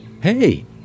Hey